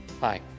Hi